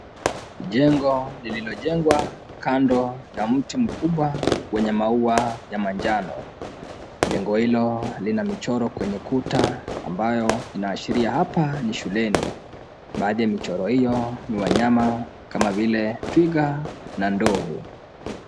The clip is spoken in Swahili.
Jengo lililojengwa kando ya mti mkubwa wenye maua ya manjano, jengo hilo lina michoro kwenye ukuta, ambayo inaashiria kuwa hapa ni shuleni, baadhi ya michoro hiyo ni wanyama kama vile twiga na ndovu.